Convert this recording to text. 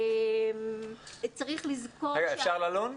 אפשר ללון?